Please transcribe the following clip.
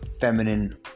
feminine